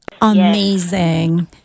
amazing